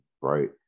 right